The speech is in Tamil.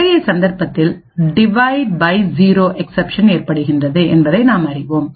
அத்தகைய சந்தர்ப்பத்தில் டிவைட் பை ஜீரோ எக்சப்ஷன் ஏற்படுகின்றது என்பதை நாம் அறிவோம்